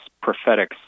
prophetic